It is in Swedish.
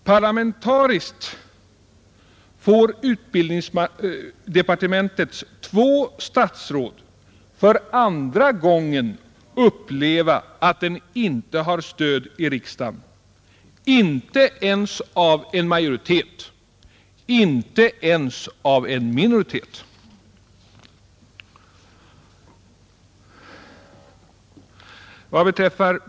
Parlamentariskt får utbildningsdepartementets två statsråd således för andra gången då uppleva att de inte har stöd i riksdagen, inte av en majoritet, och inte ens av en minoritet.